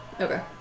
Okay